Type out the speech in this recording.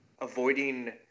avoiding